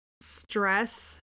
stress